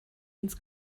ins